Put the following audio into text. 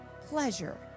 pleasure